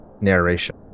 narration